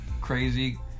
crazy